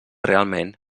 realment